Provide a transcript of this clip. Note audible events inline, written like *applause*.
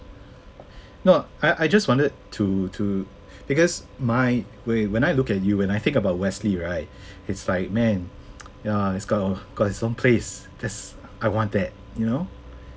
no I I just wanted to to because my when I look at you when I think about wesley right it's like man *noise* ya it's got oh got his own place that's I want that you know